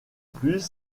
plus